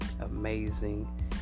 amazing